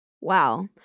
Wow